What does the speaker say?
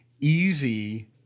easy